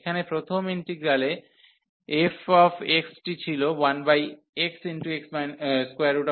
এখানে প্রথম ইন্টিগ্রালে f টি ছিল 1xx 1